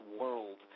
world